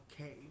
okay